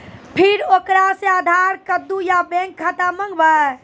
फिर ओकरा से आधार कद्दू या बैंक खाता माँगबै?